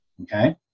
Okay